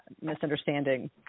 misunderstanding